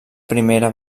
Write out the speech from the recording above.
primera